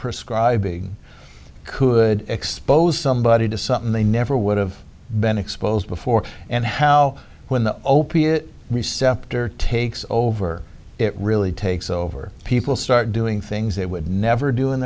prescribe be could expose somebody to something they never would have been exposed before and how when the opiate receptor takes over it really takes over people start doing things they would never do in